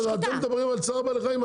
פה מדברים על צער בעלי החיים,